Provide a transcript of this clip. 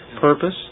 purpose